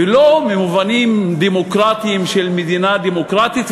ולא במובנים דמוקרטיים של מדינה דמוקרטית.